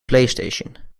playstation